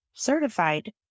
certified